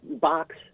box